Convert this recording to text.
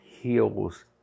heals